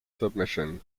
submission